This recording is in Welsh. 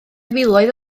filoedd